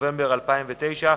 לבקר ולאכול אצל המתיישבים.